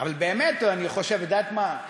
אבל באמת אני חושב, את יודעת מה,